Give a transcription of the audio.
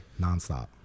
nonstop